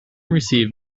received